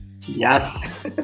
Yes